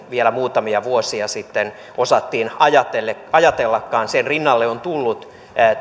vielä muutamia vuosia sitten osattiin ajatellakaan sen rinnalle on tullut